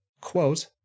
quote